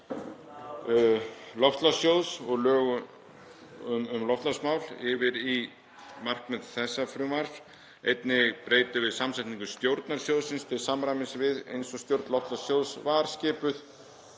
Loftslagssjóðs og lögum um loftslagsmál yfir í markmið þessa frumvarps. Einnig breytum við samsetningu stjórnar sjóðsins til samræmis við það hvernig stjórn Loftslagssjóðs var skipuð